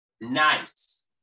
Nice